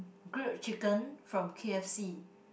grilled chicken from k_f_c